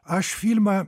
aš filmą